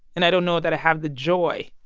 and i don't know that i have the joy,